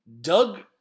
Doug